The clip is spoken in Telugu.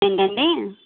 ఏంటండి